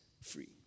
free